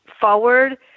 forward